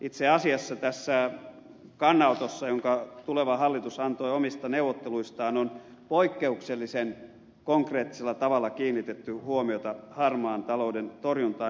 itse asiassa tässä kannanotossa jonka tuleva hallitus antoi omista neuvotteluistaan on poikkeuksellisen konkreettisella tavalla kiinnitetty huomiota harmaan talouden torjuntaan